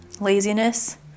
laziness